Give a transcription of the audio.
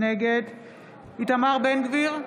נגד איתמר בן גביר,